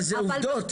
אבל אלו עובדות.